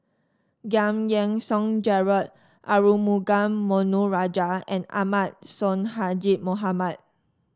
Giam Yean Song Gerald Arumugam Ponnu Rajah and Ahmad Sonhadji Mohamad